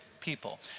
people